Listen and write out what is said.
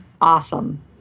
awesome